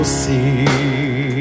see